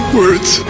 words